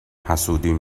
حسودیم